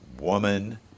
woman